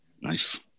Nice